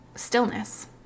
Stillness